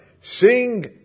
sing